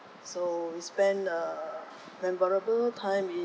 so we spend err memorable time in